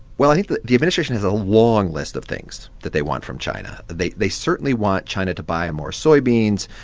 well, i think the the administration has a long list of things that they want from china. they they certainly want china to buy more soybeans,